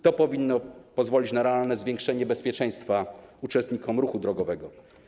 To powinno pozwolić na realne zwiększenie bezpieczeństwa uczestników ruchu drogowego.